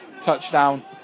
touchdown